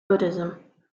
buddhism